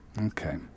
Okay